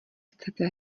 chcete